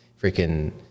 freaking